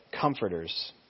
comforters